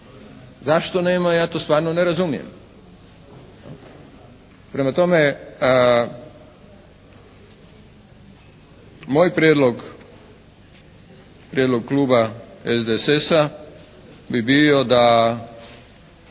Zašto nema, ja to stvarno ne razumijem. Prema tome, moj prijedlog, prijedlog kluba SDSS-a bi bio da